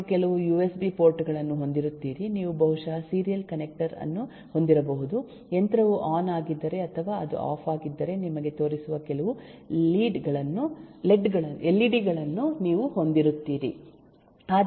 ನೀವು ಕೆಲವು USB port ಗಳನ್ನು ಹೊಂದಿರುತ್ತೀರಿ ನೀವು ಬಹುಶಃ ಸೀರಿಯಲ್ ಕನೆಕ್ಟರ್ ಅನ್ನು ಹೊಂದಿರಬಹುದು ಯಂತ್ರವು ಆನ್ ಆಗಿದ್ದರೆ ಅಥವಾ ಅದು ಆಫ್ ಆಗಿದ್ದರೆ ನಿಮಗೆ ತೋರಿಸುವ ಕೆಲವು ಎಲ್ ಇ ಡಿ ಗಳನ್ನು ನೀವು ಹೊಂದಿರುತ್ತೀರಿ